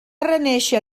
renéixer